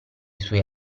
suoi